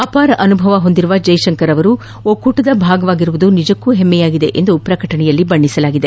ಅಪಾರ ಅನುಭವ ಹೊಂದಿರುವ ಜೈಶಂಕರ್ ಅವರು ಒಕ್ಕೂಟದ ಭಾಗವಾಗಿರುವುದು ನಿಜಕ್ಕೂ ಪೆಮ್ಮೆಯಾಗಿದೆ ಎಂದು ಪ್ರಕಟಣೆಯಲ್ಲಿ ತಿಳಿಸಲಾಗಿದೆ